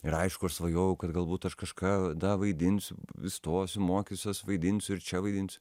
ir aišku aš svajojau kad galbūt aš kažkada vaidinsiu įstosiu mokysiuos vaidinsiu ir čia vaidinsiu